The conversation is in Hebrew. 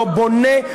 לא בונה,